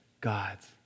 God's